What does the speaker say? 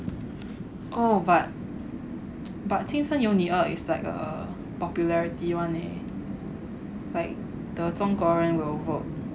oh but but 青春有你二 is like a popularity one leh like the 中国人 will vote